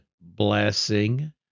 blessing